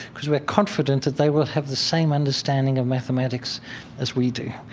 because we are confident that they will have the same understanding of mathematics as we do.